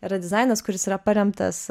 yra dizainas kuris yra paremtas